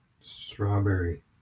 Strawberry